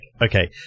okay